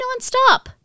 nonstop